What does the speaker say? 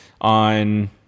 on